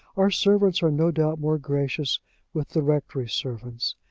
our servants are no doubt more gracious with the rectory servants.